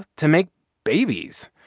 to make babies.